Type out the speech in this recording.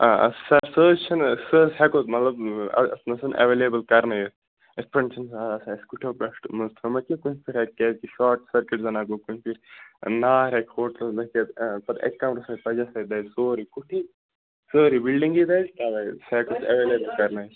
آ سر سُہ حظ چِھنہٕ سُہ حظ ہیٚکو مطلب اتنَسن ایٚولیبٕل کَرنٲیِتھ اِتھ پٲٹھۍ چھِنہٕ سُہ آسان اسہِ کۄٹھیٚو پٮ۪ٹھ منٛز تھومُت کیٚنٛہہ کُنہِ فِرِ آسہِ کیٛازِ کہِ شاٹ سٔرکیٚٹ زَنا گوٚو کُنہِ پیٚٹھ نار ہیٚکہِ ہوٹلَس پتہٕ أکہِ کمرٕ سۭتۍ دزٕ أسہِ سورٕے کُوٹٕے سٲرٕی بلڈنٛگٕے دَزِ تَوے سَہ ہیٚکو أسۍ ایٚویٚلیبٕل کَرنٲیِتھ